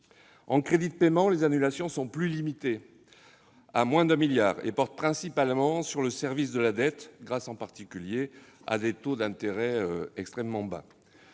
En crédits de paiement, les annulations sont plus limitées- moins de 1 milliard d'euros -et portent principalement sur le service de la dette, grâce en particulier à des taux d'intérêt extrêmement